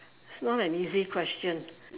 it's not an easy question